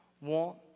want